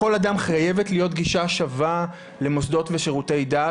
לכל אדם חייבת להיות גישה שווה למוסדות ושירותי דת.